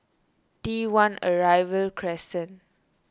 T one Arrival Crescent